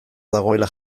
dagoela